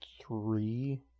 three